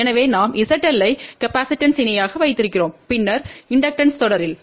எனவே நாம் zL ஐ காப்பாசிட்டன்ஸ் இணையாக வைத்திருக்கிறோம் பின்னர் இண்டக்டன்ஸ் தொடரில்